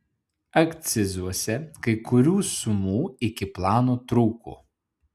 akcizuose kai kurių sumų iki plano trūko